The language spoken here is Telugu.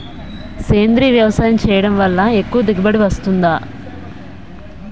సేంద్రీయ వ్యవసాయం చేయడం వల్ల ఎక్కువ దిగుబడి వస్తుందా?